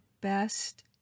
best